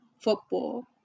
football